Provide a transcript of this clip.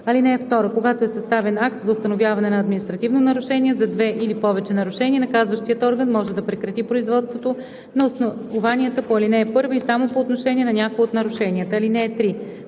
ал. 2. (2) Когато е съставен акт за установяване на административно нарушение за две или повече нарушения, наказващият орган може да прекрати производството на основанията по ал. 1 и само по отношение на някое от нарушенията. (3)